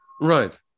Right